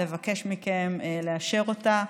לבקש מכם לאשר אותה,